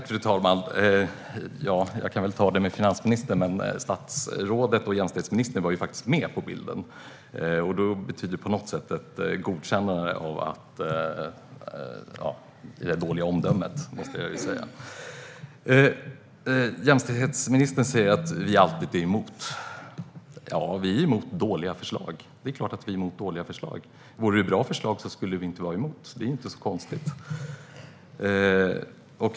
Fru talman! Jag kan ta det med finansministern, men jämställdhetsministern var faktiskt med på bilden. Det tyder på något sätt på ett godkännande av ett dåligt omdöme. Jämställdhetsministern säger att vi moderater alltid är emot allting. Ja, det är klart att vi är emot dåliga förslag. Vore förslagen bra hade vi inte varit emot dem. Det är inte så konstigt.